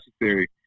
necessary